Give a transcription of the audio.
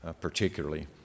particularly